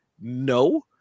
No